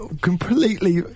completely